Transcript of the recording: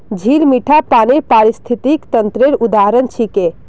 झील मीठा पानीर पारिस्थितिक तंत्रेर उदाहरण छिके